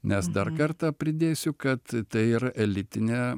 nes dar kartą pridėsiu kad tai yra elitinė